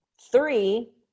three